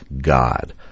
God